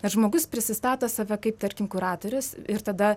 kad žmogus prisistato save kaip tarkim kuratorius ir tada